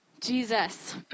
Jesus